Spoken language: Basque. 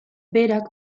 berak